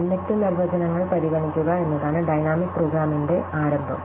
inductive നിർവചനങ്ങൾ പരിഗണിക്കുക എന്നതാണ് ഡൈനാമിക് പ്രോഗ്രാമിംഗിന്റെ ആരംഭം